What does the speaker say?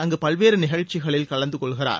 அங்கு பல்வேறு நிகழ்ச்சிகளில் கலந்து கொள்கிறார்